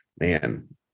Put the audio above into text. man